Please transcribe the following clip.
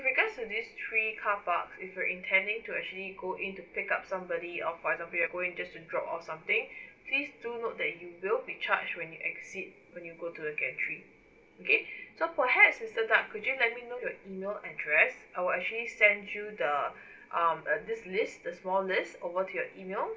with regards to these three carparks if you're intending to actually go in to pick up somebody or for example you're going just to drop off something please do note that you will be charged when you exit when you go to the gantry okay so perhaps mister tan could you let me know your email address I will actually send you the um uh this list this small list over to your email